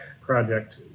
project